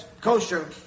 kosher